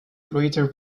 greater